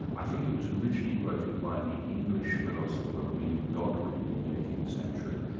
i think it was originally quoted by the english philosopher, william godwin in the eighteenth century.